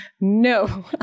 No